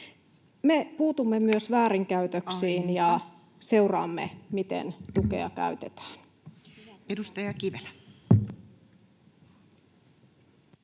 Me puutumme myös väärinkäytöksiin [Puhemies: Aika!] ja seuraamme, miten tukea käytetään. Edustaja Kivelä.